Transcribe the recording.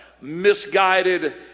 misguided